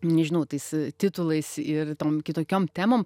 nežinau tais titulais ir tom kitokiom temom